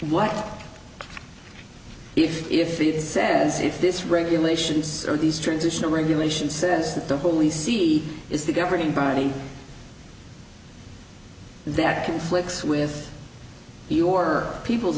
what if it says if this regulations or these transitional regulations says that the holy see is the governing body that conflicts with your people's